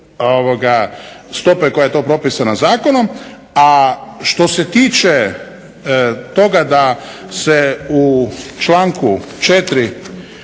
stope koja je to propisana zakonom. A što se tiče toga da se u članku 4.